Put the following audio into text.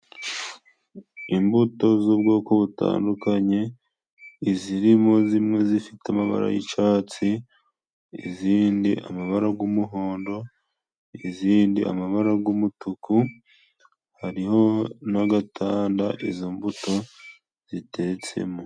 Imbuto z'ubwoko butandukanye, izirimo zimwe zifite amabara y'icatsi, izindi amabara g'umuhondo, izindi amabara g'umutuku, hariho n'agatanda izo mbuto zitetsemo.